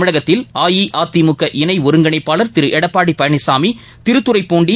தமிழகத்தில் அஇஅதிமுக இணை ஒருங்கிணைப்பாளர் திரு எடப்பாடி பழனிசாமி திருத்துறைப்பூண்டி